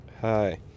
hi